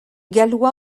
gallois